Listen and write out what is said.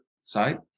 side